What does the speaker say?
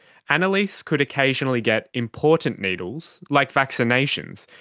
annaleise could occasionally get important needles, like vaccinations,